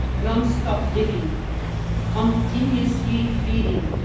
nonstop giving continuously feeling,